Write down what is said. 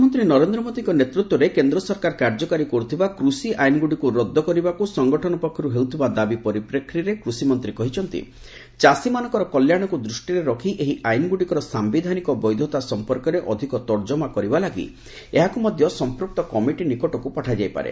ପ୍ରଧାମନ୍ତ୍ରୀ ନରେନ୍ଦ୍ର ମୋଦିଙ୍କ ନେତୃତ୍ୱରେ କେନ୍ଦ୍ର ସରକାର କାର୍ଯ୍ୟକାରୀ କରୁଥିବା କୃଷି ଆଇନଗୁଡ଼ିକୁ ରଦ୍ଦ କରିବାକୁ ସଙ୍ଗଠନ ପକ୍ଷରୁ ହେଉଥିବା ଦାବି ପରିପ୍ରେକ୍ଷୀରେ କୃଷିମନ୍ତ୍ରୀ କହିଛନ୍ତି ଚାଷୀମାନଙ୍କର କଲ୍ୟାଣକୁ ଦୃଷ୍ଟିରେ ରଖି ଏହି ଆଇନଗୁଡ଼ିକ ସାୟିଧାନିକ ବୈଧତା ସମ୍ପର୍କରେ ଅଧିକ ତର୍ଜମା କରିବା ଲାଗି ଏହାକୁ ମଧ୍ୟ ସମ୍ପୁକ୍ତ କମିଟି ନିକଟକୁ ପଠାଯାଇପାରେ